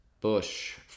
Bush